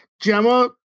Gemma